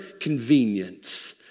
convenience